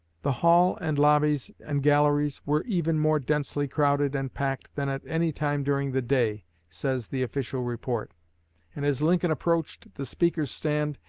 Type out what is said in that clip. the hall and lobbies and galleries were even more densely crowded and packed than at any time during the day, says the official report and as lincoln approached the speaker's stand,